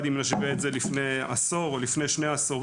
אם נשווה את זה לפני עשור או שניים.